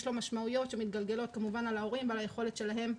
יש לו משמעויות שכמובן מתגלגלות על ההורים ועל היכולת שלהם,